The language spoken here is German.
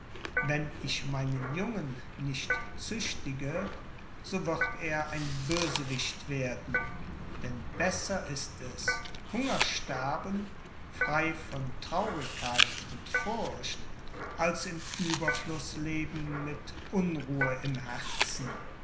wenn ich meinen jungen nicht züchtige so wird er ein bösewicht werden denn besser ist es hunger sterben frei von traurigkeit und furcht als im ueberfluß leben mit unruhe im herzen